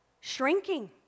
shrinking